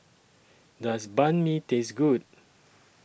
Does Banh MI Taste Good